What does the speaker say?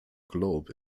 globe